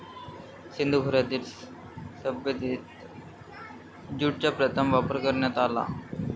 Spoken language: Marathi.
सिंधू खोऱ्यातील सभ्यतेत ज्यूटचा प्रथम वापर करण्यात आला